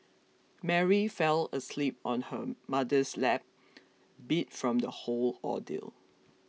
Mary fell asleep on her mother's lap beat from the whole ordeal